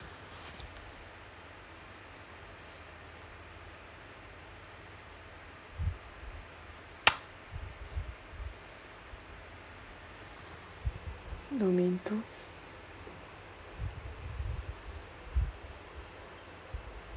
domain two